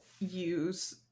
use